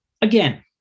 again